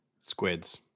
Squids